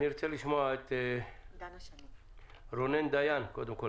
אני רוצה לשמוע את רונן דיין קודם כול,